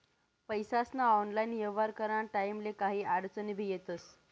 पैसास्ना ऑनलाईन येव्हार कराना टाईमले काही आडचनी भी येतीस